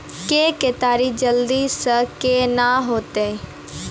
के केताड़ी जल्दी से के ना होते?